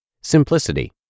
Simplicity